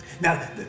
Now